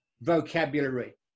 vocabulary